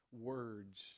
words